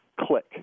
click